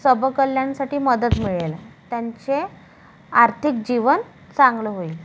सबं कल्याणासाठी मदत मिळेल त्यांचे आर्थिक जीवन चांगलं होईल